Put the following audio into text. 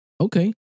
Okay